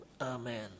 Amen